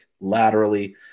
laterally